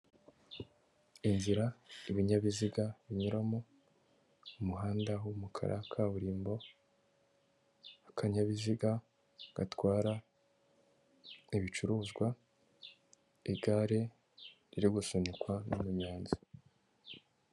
Inzira ibinyabiziga binyuramo umuhanda w'umukara kaburimbo akanyabiziga gatwara ibicuruzwa igare riri gusunikwa n'umunyonzi.